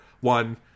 one